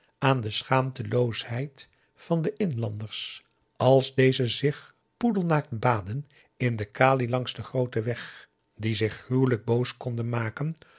aan de schaamteloosheid van de inlanders als deze zich poedelnaakt baadden in de kali langs den grooten weg die zich gruwelijk boos konden maken